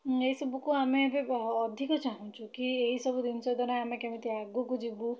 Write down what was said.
ଏହି ସବୁକୁ ଆମେ ଏବେ ଅଧିକ ଚାଁହୁଛୁ କି ଏହି ସବୁ ଜିନିଷ ଦ୍ୱାରା ଆମେ କେମିତି ଆଗକୁ ଯିବୁ